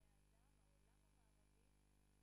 חוק ומשפט.